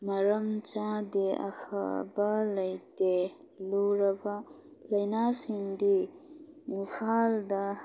ꯃꯔꯝ ꯆꯥꯗꯦ ꯑꯐꯕ ꯂꯩꯇꯦ ꯂꯨꯔꯕ ꯂꯩꯅꯥꯁꯤꯡꯗꯤ ꯏꯝꯐꯥꯜꯗ